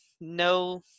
no